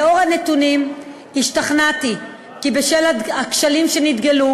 לאור הנתונים השתכנעתי כי בשל הכשלים שנתגלו